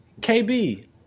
KB